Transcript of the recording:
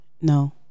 No